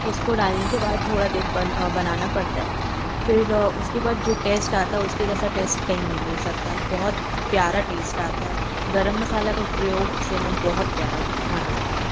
उसको डालने के बाद थोड़ा देर बन बनाना पड़ता है फिर उसके बाद जो टेस्ट आता है उसके जैसा टेस्ट कहीं नी मिल सकता बहुत प्यारा टेस्ट आता है गर्म मसाला का प्रयोग से ना बहुत प्यारा खाना बनता है